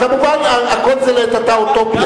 כמובן, זה לעת עתה אוטופיה.